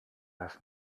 lass